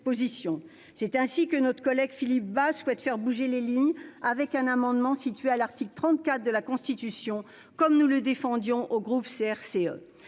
C'est ainsi que notre collègue Philippe Bas souhaite faire bouger les lignes : il a déposé un amendement qui porte sur l'article 34 de la Constitution, comme le défendait le groupe CRCE.